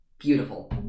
beautiful